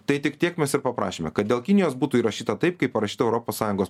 tai tik tiek mes ir paprašėme kad dėl kinijos būtų įrašyta taip kaip parašyta europos sąjungos